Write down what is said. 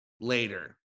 later